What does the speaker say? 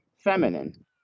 feminine